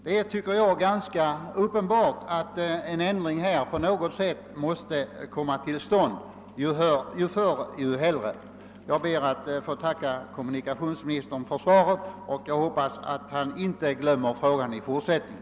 Jag tycker det är uppenbart att en ändring måste komma till stånd, ju förr desto hellre. Jag ber än en gång att få tacka kommunikationsministern för svaret. Jag hoppas att han inte glömmer frågan i fortsättningen.